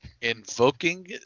Invoking